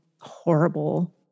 horrible